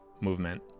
movement